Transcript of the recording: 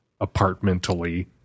apartmentally